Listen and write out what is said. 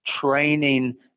training